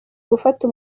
gufata